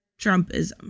Trumpism